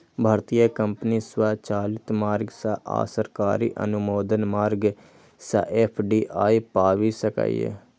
भारतीय कंपनी स्वचालित मार्ग सं आ सरकारी अनुमोदन मार्ग सं एफ.डी.आई पाबि सकैए